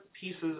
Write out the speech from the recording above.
pieces